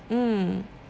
mm